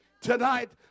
Tonight